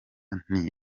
nti